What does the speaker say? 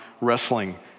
wrestling